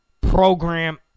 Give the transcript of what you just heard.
Program